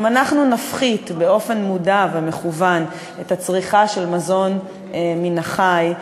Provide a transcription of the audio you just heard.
אם אנחנו נפחית באופן מודע ומכוון את הצריכה של מזון מן החי,